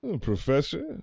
Professor